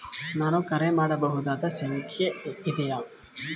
ನಾನು ಕರೆ ಮಾಡಬಹುದಾದ ಸಂಖ್ಯೆ ಇದೆಯೇ?